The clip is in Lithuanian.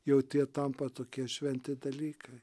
jau tie tampa tokie šventi dalykai